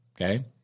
Okay